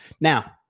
Now